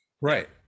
Right